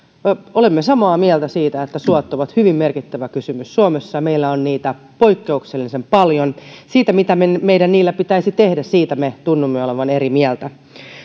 olemme samaa mieltä siitä että suot ovat hyvin merkittävä kysymys suomessa ja meillä on niitä poikkeuksellisen paljon mitä meidän niillä pitäisi tehdä siitä me tunnumme olevan eri mieltä